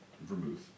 vermouth